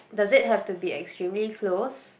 does it have to be extremely close